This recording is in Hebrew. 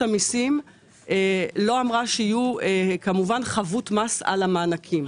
המיסים לא אמרה שיהיו כמובן חבות מס על המענקים,